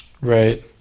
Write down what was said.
Right